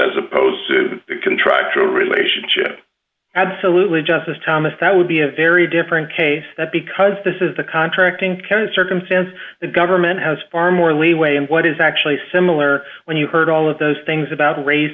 as opposed to the contractual relationship absolutely justice thomas that would be a very different case that because this is the contracting can a circumstance the government has far more leeway in what is actually similar when you heard all of those things about race